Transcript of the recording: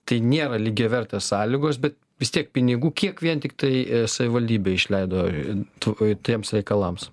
tai nėra lygiavertės sąlygos bet vis tiek pinigų kiek vien tiktai savivaldybė išleido tu tiems reikalams